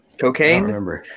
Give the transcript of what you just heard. Cocaine